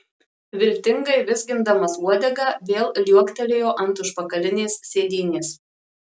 viltingai vizgindamas uodegą vėl liuoktelėjo ant užpakalinės sėdynės